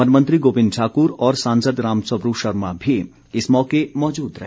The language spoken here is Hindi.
वनमंत्री गोबिंद ठाकुर और सांसद रामस्वरूप शर्मा भी इस मौके मौजूद रहे